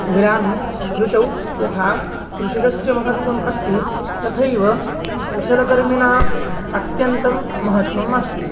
ग्रामीणे कृषौ यथा कृषिकस्य महत्त्वम् अस्ति तथैव कृषलकर्मिणाम् अत्यन्तं महत्त्वम् अस्ति